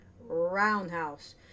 Roundhouse